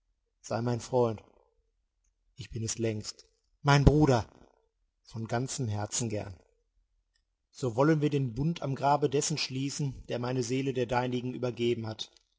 sei mein freund ich bin es längst mein bruder von ganzem herzen gern so wollen wir den bund am grabe dessen schließen der meine seele der deinigen übergeben hat